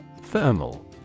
Thermal